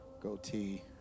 goatee